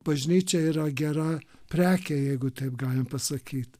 bažnyčia yra gera prekė jeigu taip galime pasakyti